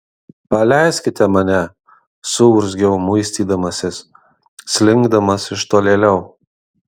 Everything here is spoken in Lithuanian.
paleiskite mane suurzgiau muistydamasis slinkdamas iš tolėliau